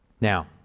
Now